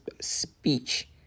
speech